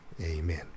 Amen